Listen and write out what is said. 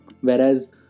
Whereas